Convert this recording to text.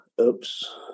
oops